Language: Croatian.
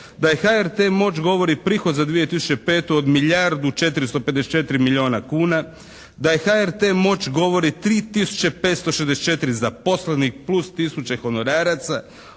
da je HRT moć govori prihod za 2005. od milijardu 454 milijuna kuna, da je HRT moć govori 3 tisuće 564 zaposlenih plus tisuće honoraraca